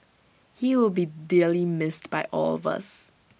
he will be dearly missed by all of us